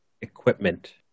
equipment